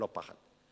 לא פחד.